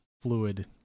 fluid